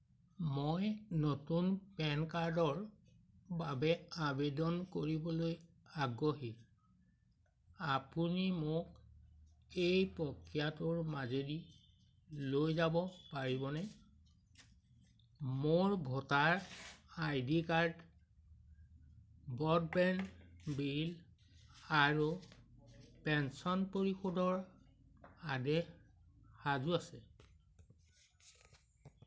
মই নতুন পেন কাৰ্ডৰ বাবে আবেদন কৰিবলৈ আগ্ৰহী আপুনি মোক এই প্ৰক্ৰিয়াটোৰ মাজেদি লৈ যাব পাৰিবনে মোৰ voter I D card broadband bill আৰু পেন্সন পৰিশোধৰ আদেশ সাজু আছে